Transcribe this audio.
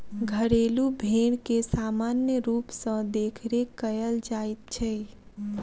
घरेलू भेंड़ के सामान्य रूप सॅ देखरेख कयल जाइत छै